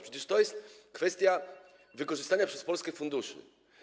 Przecież to jest kwestia wykorzystania przez Polskę funduszy.